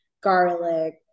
garlic